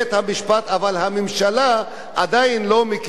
אבל הממשלה עדיין לא מכירה באחריות,